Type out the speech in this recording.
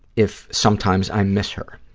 if sometimes i miss her.